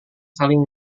saling